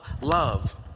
love